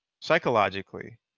psychologically